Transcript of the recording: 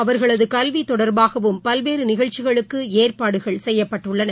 அவர்களதுகல்விதொடர்பாகவும் பல்வேறுநிகழ்ச்சிகளுக்குஏற்பாடுகள் செய்யப்பட்டுள்ளன